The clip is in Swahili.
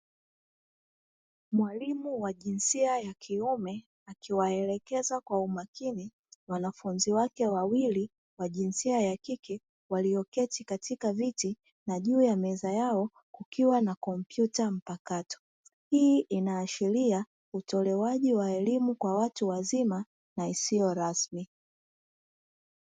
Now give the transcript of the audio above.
Mwalimu wa jinsia ya kiume akiwaelekeza kwa umakini wanafunzi wake wawili wa jinsia ya kike walioketi katika viti na juu ya meza yao kukiwa na kompyuta mpakato; Hii inaashiria utolewaji wa elimu kwa watu wazima na isiyo rasmi.